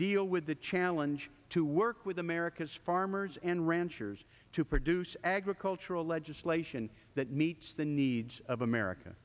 deal with the challenge to work with america's farmers and ranchers to produce agricultural legislation that meets the needs of america